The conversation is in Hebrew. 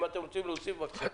אם אתם רוצים להוסיף, בבקשה.